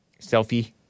selfie